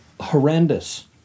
horrendous